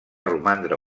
romandre